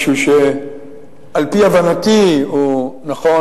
משהו שעל-פי הבנתי הוא נכון.